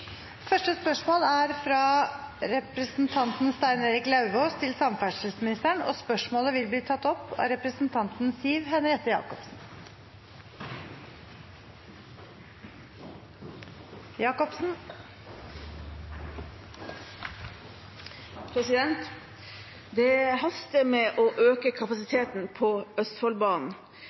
Spørsmål 1, fra representanten Stein Erik Lauvås til samferdselsministeren, vil bli tatt opp av representanten Siv Henriette